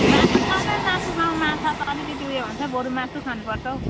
मासु खाउँ न मासु खाउँ माछा त अलिकति उयो हुन्छ बरु मासु खानुपर्छ हौ